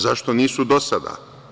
Zašto nisu do sada?